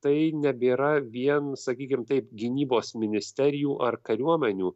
tai nebėra vien sakykim taip gynybos ministerijų ar kariuomenių